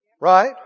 right